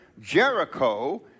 Jericho